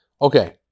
Okay